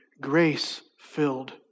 grace-filled